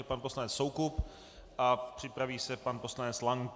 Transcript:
Pan poslanec Soukup a připraví se pan poslanec Lank.